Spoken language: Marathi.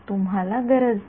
तुम्हाला गरज नाही